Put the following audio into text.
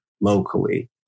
locally